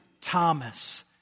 Thomas